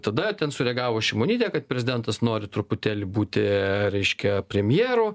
tada ten sureagavo šimonytė kad prezidentas nori truputėlį būti reiškia premjeru